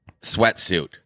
sweatsuit